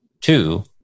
two